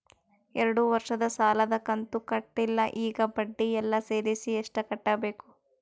ಎರಡು ವರ್ಷದ ಸಾಲದ ಕಂತು ಕಟ್ಟಿಲ ಈಗ ಬಡ್ಡಿ ಎಲ್ಲಾ ಸೇರಿಸಿ ಎಷ್ಟ ಕಟ್ಟಬೇಕು?